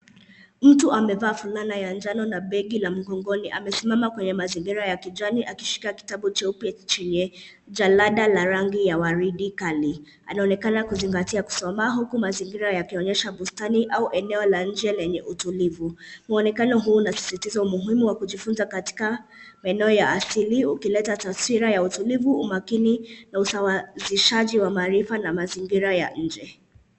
Mtu amevaa fulana ya jano na begi ya mgongoni amesimama kwenye mazingira ya kijani akishika kitabu cheupe chenye jalada ya rangi ya warindi kali. Anaonekana kuzingatia kusoma uku mazingira yakionyesha bustani au eneo la inje lenye utulivu. Mwonekana huu unasisitiza umuhimu wa kujifunza katika maeneo ya asili uku likileta taswira ya utulivu, umakini na usawazishaji wa maarifa na mazingira ya inje.